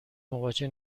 مواجه